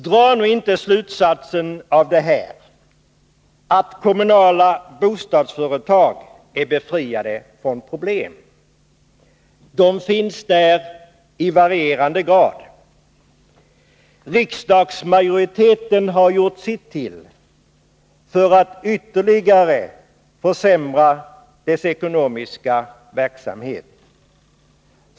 Dra nu inte slutsatsen av detta, att kommunala bostadsföretag är befriade från problem! De finns där i varierande grad. Riksdagsmajoriteten har gjort sitt till för att ytterligare försämra bostadsföretagens ekonomiska verksamhet.